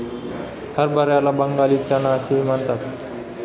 हरभऱ्याला बंगाली चना असेही म्हणतात